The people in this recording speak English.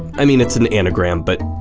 i mean, it's an anagram, but,